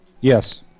Yes